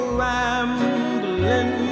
rambling